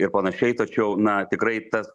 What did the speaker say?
ir panašiai tačiau na tikrai tas